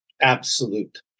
absolute